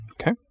Okay